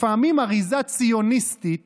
// לפעמים אריזה ציוניסטית